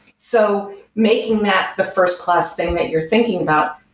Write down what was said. so making that the first class thing that you're thinking about,